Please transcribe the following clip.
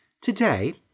Today